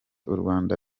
urwanda